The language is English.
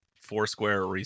Foursquare